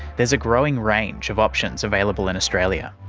there's a growing range of options available in australia.